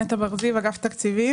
אגף התקציבים.